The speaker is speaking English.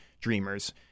dreamers